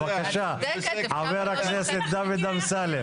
בבקשה, חבר הכנסת דוד אמסלם.